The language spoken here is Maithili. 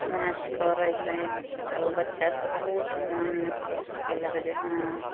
नाँच करै हइ तऽ ओ बच्चा सब बहुत मनमे खुश केलक जे हँ